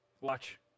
Watch